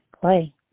play